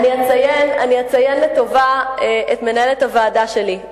אני אציין לטובה את מנהלת הוועדה שלי,